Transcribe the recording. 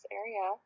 area